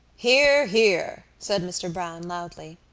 hear, hear! said mr. browne loudly.